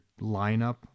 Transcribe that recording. lineup